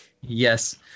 Yes